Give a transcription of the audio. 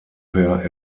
per